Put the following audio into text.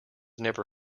never